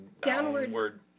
downward